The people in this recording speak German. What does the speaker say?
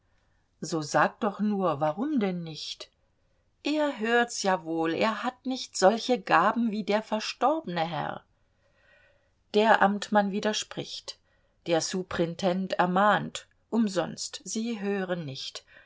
so sagt doch nur warum denn nicht er hörts ja wohl er hat nicht solche gaben wie der verstorbne herr der amtmann widerspricht der suprintend ermahnt umsonst sie hören nicht